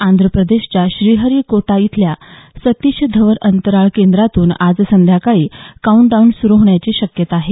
आंध्र प्रदेशच्या श्रीहरिकोट्टा इथल्या सतीश धवन अंतराळ केंद्रामधून आज संध्याकाळी काऊंटडाऊन सुरू होण्याची शक्यता आहे